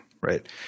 right